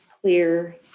clear